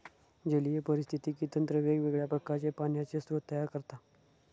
जलीय पारिस्थितिकी तंत्र वेगवेगळ्या प्रकारचे पाण्याचे स्रोत तयार करता